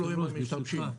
ברשותך,